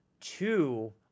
two